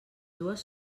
dues